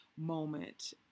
moment